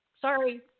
Sorry